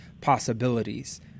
possibilities